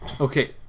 Okay